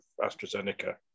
AstraZeneca